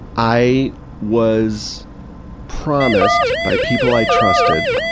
i was promised, by people i trusted,